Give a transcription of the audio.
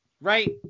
right